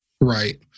Right